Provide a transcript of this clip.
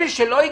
אלה שלא הגישו,